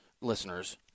listeners